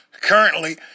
currently